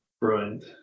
brilliant